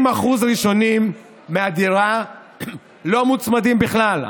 20% ראשונים מהדירה לא מוצמדים בכלל,